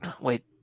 Wait